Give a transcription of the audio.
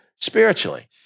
spiritually